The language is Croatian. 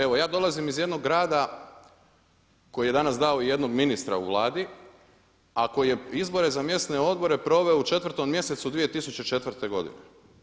Evo ja dolazim iz jednog grada koji je danas dao i jednog ministra u Vladi a koji je izbore za mjesne odbore proveo u 4. mjesecu 2004. godine.